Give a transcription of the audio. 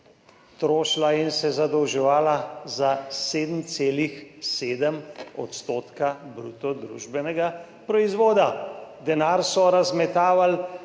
trošila in se zadolževala za 7,7 % bruto družbenega proizvoda. Denar so razmetavali